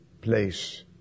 place